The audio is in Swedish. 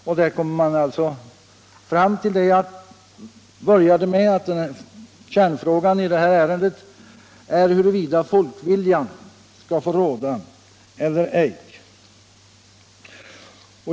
Därmed kommer man fram till det som jag började med och som är kärnfrågan i det här ärendet, nämligen om folkviljan skall få råda eller ej.